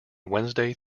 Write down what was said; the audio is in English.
wednesday